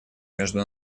между